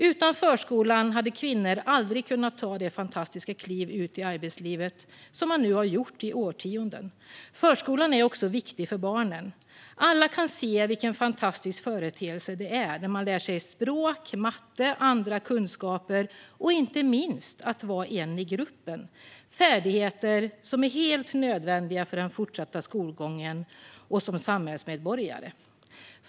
Utan förskolan hade kvinnor aldrig kunnat ta det fantastiska kliv ut i arbetslivet som de nu har gjort i årtionden. Förskolan är också viktig för barnen. Alla kan se vilken fantastisk företeelse det är, där man lär sig språk, matte, andra kunskaper och inte minst att vara en i gruppen - färdigheter som är helt nödvändiga för den fortsatta skolgången och som samhällsmedborgare.